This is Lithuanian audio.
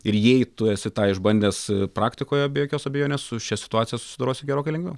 ir jei tu esi tą išbandęs praktikoje be jokios abejonės su šia situacija susidorosi gerokai lengviau